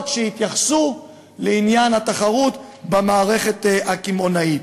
שיתייחסו לעניין התחרות במערכת הקמעונאית.